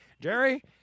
Jerry